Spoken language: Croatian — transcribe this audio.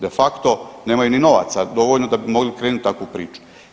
De facto nemaju ni novaca dovoljno da bi mogli krenuti u takvu priču.